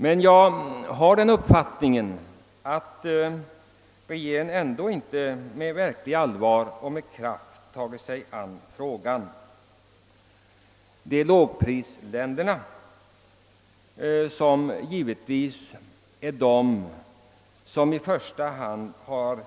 Men jag har den uppfattningen att regeringen ändå inte med verkligt allvar och med kraft tagit sig an frågan. Givetvis är det lågprisländerna i första hand som